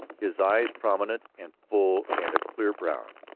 his eyes, prominent and full and a clear brown,